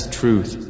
truth